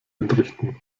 entrichten